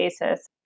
basis